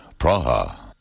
Praha